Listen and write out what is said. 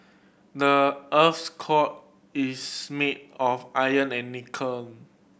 the earth's core is made of iron and nickel